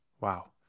Wow